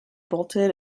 bolted